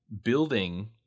building